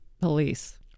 police